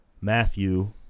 Matthew